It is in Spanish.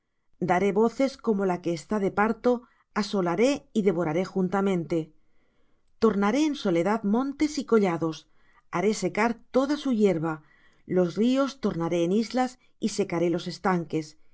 daré voces como la que está de parto asolaré y devoraré juntamente tornaré en soledad montes y collados haré secar toda su hierba los ríos tornaré en islas y secaré los estanques